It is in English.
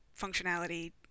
functionality